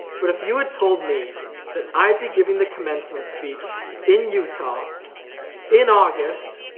but if you had told me that i'd be giving the commencement speech in utah in august,